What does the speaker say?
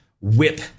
whip